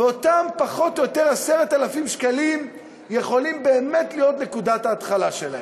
ואותם פחות או יותר 10,000 שקלים יכולים באמת להיות נקודת ההתחלה שלהם.